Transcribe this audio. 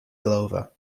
glover